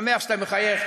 אני שמח שאתה מחייך,